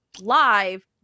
live